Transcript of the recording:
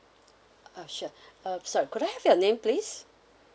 uh sure uh so could I have your name please